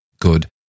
good